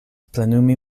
plenumi